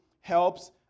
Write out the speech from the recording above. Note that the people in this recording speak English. helps